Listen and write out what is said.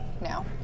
now